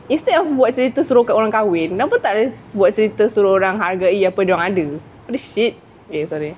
instead of buat cerita suruh orang kahwin kenapa tak buat cerita suruh dorang hargai apa yang dorang ada what the shit eh sorry